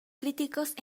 críticos